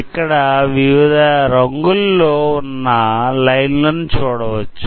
ఇక్కడ వివిధ రంగుల్లో వున్నా లైన్లను చూడవచ్చు